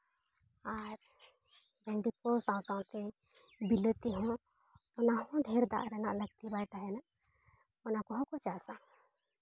ᱟᱨ ᱵᱷᱮᱱᱰᱤ ᱠᱚ ᱥᱟᱶ ᱥᱟᱶᱛᱮ ᱵᱤᱞᱟᱹᱛᱤ ᱦᱚᱸ ᱚᱱᱟᱦᱚᱸ ᱰᱷᱮᱹᱨ ᱫᱟᱜ ᱨᱮᱭᱟᱜ ᱞᱟᱹᱠᱛᱤ ᱵᱟᱭ ᱛᱟᱦᱮᱱᱟ ᱚᱱᱟ ᱠᱚᱦᱚᱸ ᱠᱚ ᱪᱟᱥᱟ